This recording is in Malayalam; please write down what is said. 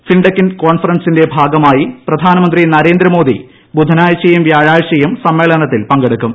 ഫിൻടെക് കോൺഫറൻസിന്റെ ്ഭാഗമായി പ്രധാനമന്ത്രി നരേന്ദ്രമോദി ബുധനാഴ്ചയും വ്യാഴാഴ്ചയും സമ്മേളനത്തിൽ പങ്കെടുക്കും